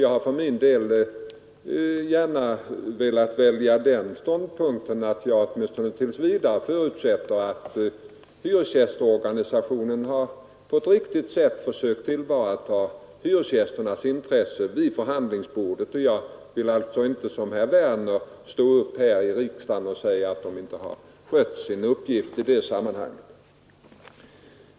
Jag har för min del velat förutsätta att hyresgästorganisationen på ett riktigt sätt har försökt tillvarata hyresgästernas intresse vid förhandlingsbordet. Jag vill alltså inte som herr Werner här i riksdagen säga att den inte har skött sin uppgift i detta sammanhang.